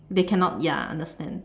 they cannot ya understand